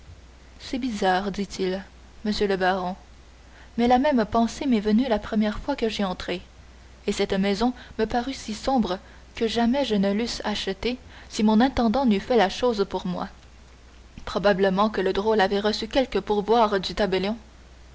c'est bizarre dit-il monsieur le baron mais la même pensée m'est venue la première fois que j'y entrai et cette maison me parut si lugubre que jamais je ne l'eusse achetée si mon intendant n'eût fait la chose pour moi probablement que le drôle avait reçu quelque pourboire du tabellion